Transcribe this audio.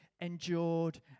endured